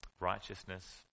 righteousness